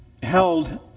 held